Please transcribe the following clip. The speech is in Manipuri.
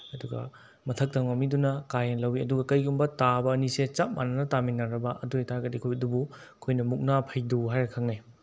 ꯑꯗꯨꯒ ꯃꯊꯛ ꯊꯪꯕ ꯃꯤꯗꯨꯅ ꯀꯥꯏꯌꯦꯅ ꯂꯧꯏ ꯑꯗꯨꯒ ꯀꯔꯤꯒꯨꯝꯕ ꯇꯥꯕ ꯑꯅꯤꯁꯦ ꯆꯞ ꯃꯥꯟꯅꯅ ꯇꯥꯃꯤꯟꯅꯔꯕ ꯑꯗꯨ ꯑꯣꯏꯇꯥꯔꯒꯗꯤ ꯑꯩꯈꯣꯏ ꯑꯗꯨꯕꯨ ꯑꯩꯈꯣꯏꯅ ꯃꯨꯛꯅꯥ ꯐꯩꯗꯨ ꯍꯥꯏꯔꯒ ꯈꯪꯅꯩ